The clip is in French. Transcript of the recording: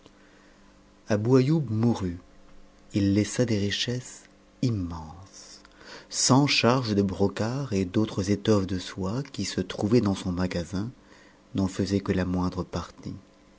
abou aioub mourut il laissa des richesses immenses cent charges de brocart et d'autres étoffes de soie qui se trouvaient dans son magasin n'en faisaient que la moindre partie